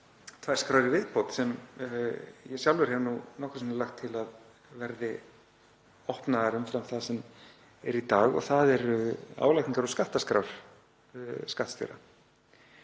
tvær skrár í viðbót sem ég sjálfur hef nokkrum sinnum lagt til að verði opnaðar umfram það sem er í dag. Það eru álagningarskrár og skattskrár skattstjóra.